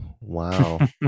wow